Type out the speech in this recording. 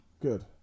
Good